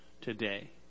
today